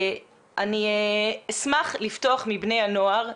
אני אשמח לפתוח עם בני הנוער.